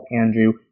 Andrew